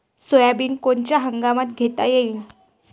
Soybean कोनच्या हंगामात घेता येईन?